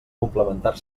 complementar